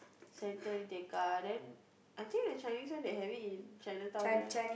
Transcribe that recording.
center in Tekka then I think the Chinese one they having in Chinatown right